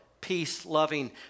peace-loving